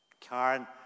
Karen